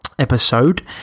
episode